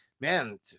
Man